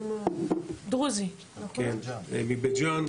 מבית ג'אן.